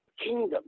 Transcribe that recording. Kingdom